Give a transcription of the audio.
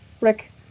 Rick